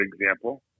example